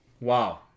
Wow